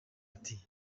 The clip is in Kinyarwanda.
ati